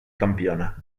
campiona